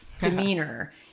demeanor